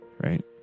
right